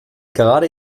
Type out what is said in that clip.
gerade